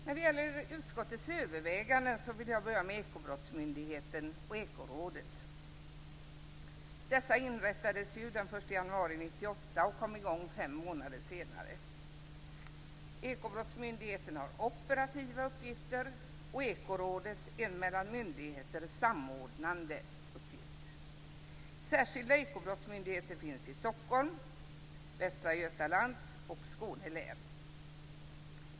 När det gäller utskottets överväganden vill jag börja med Ekobrottsmyndigheten och Ekorådet. Dessa inrättades den 1 januari 1998 och kom i gång fem månader senare. Ekobrottsmyndigheten har operativa uppgifter, och Ekorådet har en mellan myndigheter samordnande uppgift. Särskilda ekobrottsmyndigheter finns i Stockholms, Västra Götalands och Skåne län.